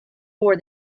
for